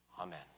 Amen